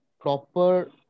proper